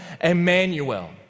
Emmanuel